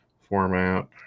format